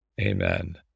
Amen